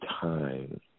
time